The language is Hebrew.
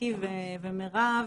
מיקי ומרב,